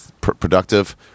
productive